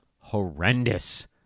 horrendous